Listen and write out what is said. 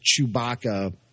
Chewbacca